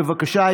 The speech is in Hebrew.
בבקשה.